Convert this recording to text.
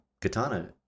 Katana